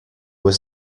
was